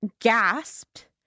gasped